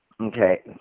Okay